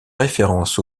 référence